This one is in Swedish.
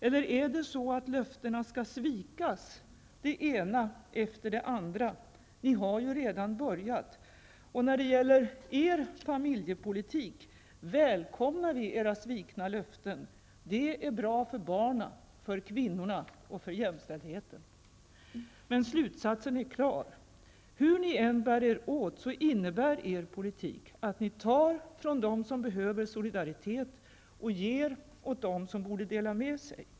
Eller är det så att löfterna skall svikas, det ena efter det andra? Ni har ju redan börjat. När det gäller er familjepolitik välkomnar vi era svikna löften. Det är bra för barnen, för kvinnorna och för jämställdheten. Slutsatsen är klar: Hur ni än bär er åt, innebär er politik att ni tar från dem som behöver solidaritet och ger åt dem som borde dela med sig.